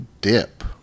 dip